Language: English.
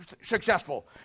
successful